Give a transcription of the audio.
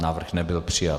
Návrh nebyl přijat.